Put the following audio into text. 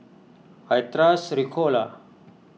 I trust Ricola